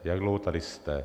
Jak dlouho tady jste?